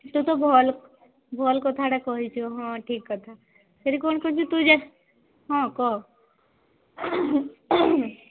ତୁ ତ ଭଲ ଭଲ କଥାଟେ କହିଛୁ ହଁ ଠିକ୍ କଥା ସେଇଠି କ'ଣ କରଛୁ ତୁ ଯାହା ହଁ କହ